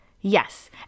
Yes